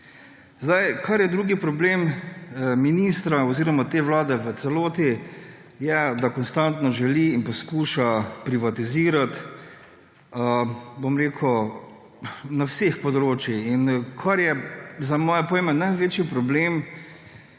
Kar je drugi problem ministra oziroma te vlade v celoti, je, da konstantno želi in poskuša privatizirati, bom rekel, na vseh področjih. In kar je za moje pojme največji problem,